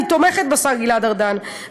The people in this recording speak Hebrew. אני תומכת בשר גלעד ארדן,